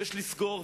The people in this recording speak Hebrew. יש לסגור.